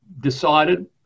decided